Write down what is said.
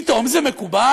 פתאום זה מקובל?